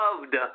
loved